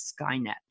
Skynet